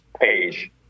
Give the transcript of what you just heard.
page